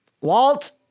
Walt